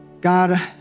God